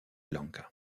lanka